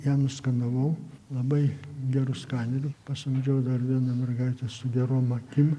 ją nuskanavau labai geru skaneriu pasamdžiau dar vieną mergaitę su gerom akim